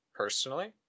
personally